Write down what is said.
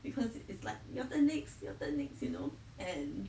because it's like you're the next your turn next you know and